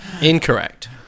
Incorrect